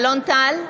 אלון טל,